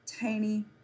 tiny